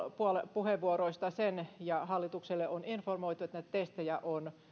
puheenvuoroista sen ja hallitukselle on informoitu että näiden testien määrää on